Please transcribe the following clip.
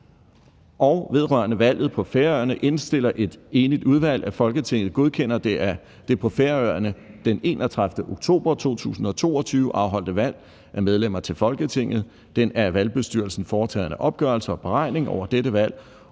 Vedrørende valget på Færøerne indstiller et enigt udvalg, at Folketinget godkender det på Færøerne den 31. oktober 2022 afholdte valg af medlemmer til Folketinget, den af valgbestyrelsen foretagne opgørelse og beregning over dette valg